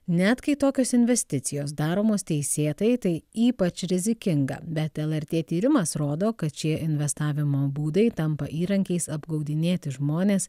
net kai tokios investicijos daromos teisėtai tai ypač rizikinga bet lrt tyrimas rodo kad šie investavimo būdai tampa įrankiais apgaudinėti žmones